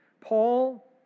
Paul